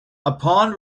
upon